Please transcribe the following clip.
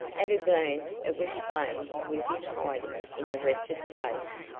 at a glance it was plain he was in hiding in the wretched place,